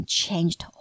changed